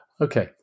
Okay